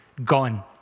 gone